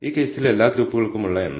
ഈ കേസിൽ എല്ലാ ഗ്രൂപ്പുകൾക്കുമുള്ള MSE